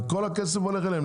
כל הכסף הולך אליהם.